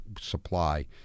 supply